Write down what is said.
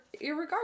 irregardless